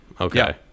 Okay